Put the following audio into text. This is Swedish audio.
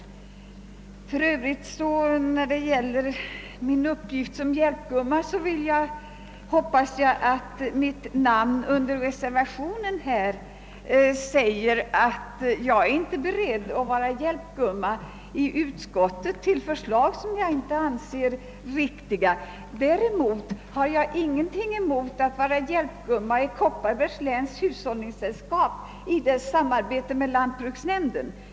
Vad beträffar min uppgift som »hjälpgumma» hoppas jag att mitt namn under reservationen visar att jag inte är beredd att vara hjälpgumma i utskottet till förslag som jag inte anser vara riktiga. Däremot har jag ingenting emot att vara hjälpgumma i Kopparbergs läns hushållningssällskap i dess samarbete med lantbruksnämnden.